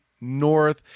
North